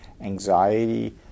anxiety